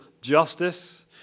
justice